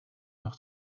noch